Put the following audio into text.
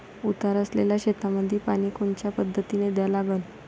उतार असलेल्या शेतामंदी पानी कोनच्या पद्धतीने द्या लागन?